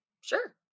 Sure